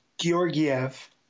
Georgiev